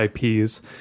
IPs